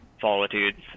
solitudes